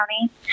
County